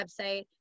website